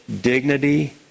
dignity